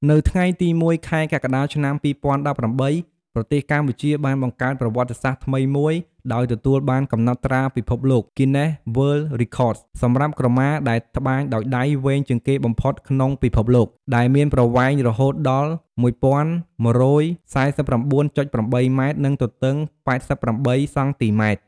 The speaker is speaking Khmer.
នៅថ្ងៃទី១ ខែកក្កដា ឆ្នាំ២០១៨ ប្រទេសកម្ពុជាបានបង្កើតប្រវត្តិសាស្ត្រថ្មីមួយ ដោយទទួលបានកំណត់ត្រាពិភពលោក Guinness World Records សម្រាប់ក្រមាដែលត្បាញដោយដៃវែងជាងគេបំផុតក្នុងពិភពលោក ដែលមានប្រវែងរហូតដល់ ១១៤៩.៨ ម៉ែត្រ និងទទឹង ៨៨ សង់ទីម៉ែត្រ។